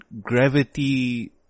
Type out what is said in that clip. gravity